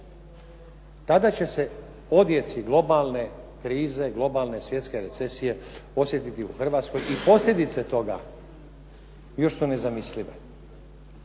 Tada će se odjeci globalne krize, globalne svjetske recesije osjetiti u Hrvatskoj i posljedice toga još su nezamislive.